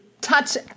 touch